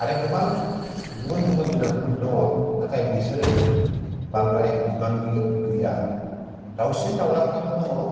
आरो गोबां गुबुन जुनादफोर दङ नाथाय बिसोरो बांद्राय बिबांनि गैया दावसिन दाउलाफ्राबो दङ